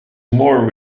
more